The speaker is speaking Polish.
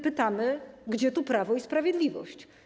Pytamy: gdzie tu jest prawo i sprawiedliwość?